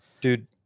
Dude